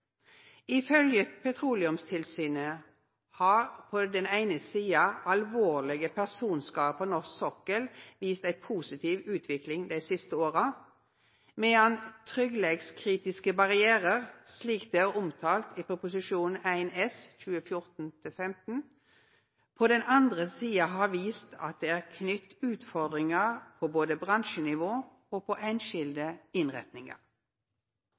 Petroleumstilsynet har på den eine sida alvorlege personskader på norsk sokkel vist ei positiv utvikling dei siste åra, medan tryggleikskritiske barrierar, slik dei er omtalte i Prop. 1 S for 2014–2015, på den andre sida har vist at det er knytt utfordringar til både bransjenivå og einskilde innretningar.